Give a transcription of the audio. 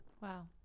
Wow